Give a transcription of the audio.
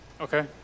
okay